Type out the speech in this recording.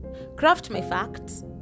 craftmyfacts